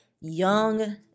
young